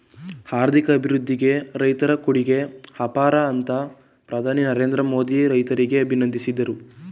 ಆರ್ಥಿಕ ಅಭಿವೃದ್ಧಿಗೆ ರೈತರ ಕೊಡುಗೆ ಅಪಾರ ಅಂತ ಪ್ರಧಾನಿ ನರೇಂದ್ರ ಮೋದಿ ರೈತರಿಗೆ ಅಭಿನಂದಿಸಿದರು